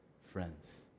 friends